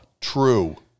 True